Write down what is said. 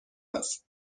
است